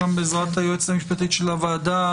גם בעזרת היועצת המשפטית של הוועדה,